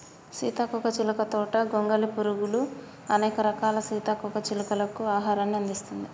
సీతాకోక చిలుక తోట గొంగలి పురుగులు, అనేక రకాల సీతాకోక చిలుకలకు ఆహారాన్ని అందిస్తుంది